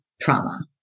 trauma